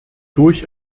durch